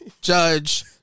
Judge